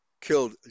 killed